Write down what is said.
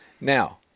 Now